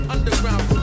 Underground